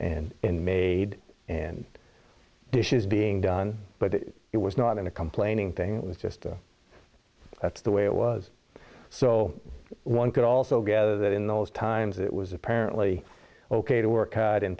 repaired and made and dishes being done but it was not in a complaining thing was just a that's the way it was so one could also gather that in those times it was apparently ok to work out and